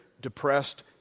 depressed